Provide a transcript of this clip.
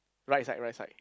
right side right side